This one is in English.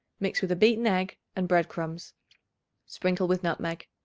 mix with a beaten egg and bread-crumbs sprinkle with nutmeg.